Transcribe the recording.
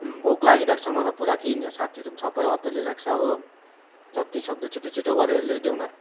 अँ भोक लागिरहेको छ मलाई पुरा कि यहाँ साथीहरू पनि सबै अत्तालिरहेको छ हो जत्तिसक्दो छिट्टो छिट्टो गरेर ल्याइदेऊ न